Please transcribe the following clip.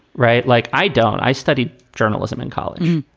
right. like, i don't i studied journalism in college.